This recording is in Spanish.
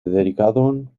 dedicaron